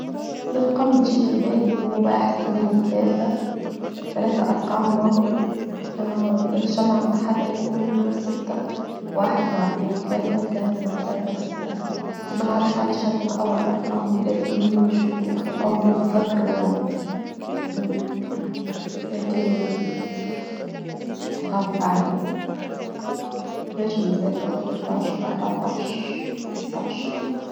الارقام اللي تجي في بالي هي واحد اثنين ثلاثة ثلاثة ارقام معه الشمعة متحتها يكون ستة واحد مع اثنين ثلاثة ثلاثة مع ثلاثة ستة ما نعرف شو علشان هون اول ارقام بديهيبن يشوف في مخي اول ما تذكروا يعني ما كاين تشوف الله اعلم ما شو مزيد ده ثلتاس واربعتاش وخمستاش.